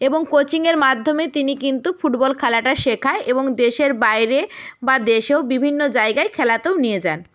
এবং কোচিংয়ের মাধ্যমে তিনি কিন্তু ফুটবল খেলাটা শেখায় এবং দেশের বাইরে বা দেশেও বিভিন্ন জায়গায় খেলাতেও নিয়ে যান